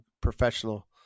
professional